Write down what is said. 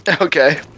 Okay